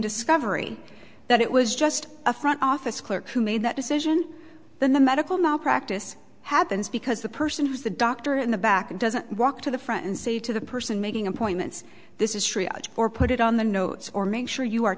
discovery that it was just a front office clerk who made that decision than the medical malpractise happens because the person has the doctor in the back and doesn't walk to the front and say to the person making appointments this is true or put it on the notes or make sure you are